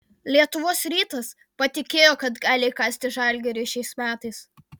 lietuvos rytas patikėjo kad gali įkasti žalgiriui šiais metais